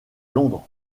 londres